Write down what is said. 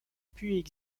puits